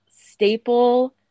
staple